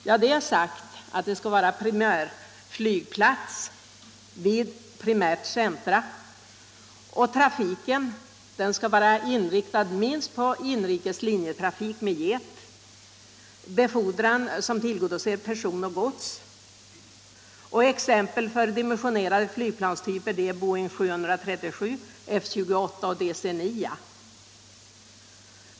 Ja, det har sagts att flygplatsen skall vara primärflygplats vid primärt centrum. Trafiken skall vara inriktad på minst inrikes linjetrafik med jet. Befordran skall avse personer och gods. Exempel på för flygplatsen dimensionerande flygplanstyper är Boeing 737, F-28 och DC-9.